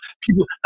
People